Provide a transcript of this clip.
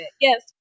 Yes